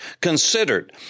considered